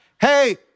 hey